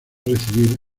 recibir